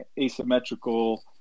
asymmetrical